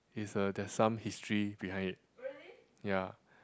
is a there's some history behind it ya